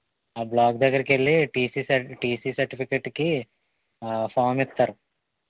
ఆ బ్లాకు దగ్గరకి వెళ్ళి టీసీ సర్ టీసీ సర్టిఫికెట్కి ఫార్మ్ ఇస్తారు